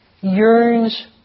yearns